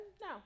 No